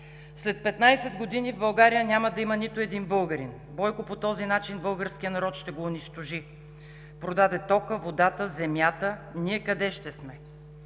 „След 15 години в България няма да има нито един българин! Бойко по този начин българския народ ще го унищожи. Продаде тока, водата, земята! Ние къде ще сме?